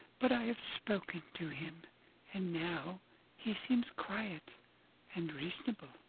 but i have spoken to him and now he seems quiet and reasonable.